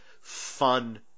fun